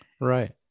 Right